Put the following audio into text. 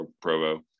Provo